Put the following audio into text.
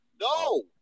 No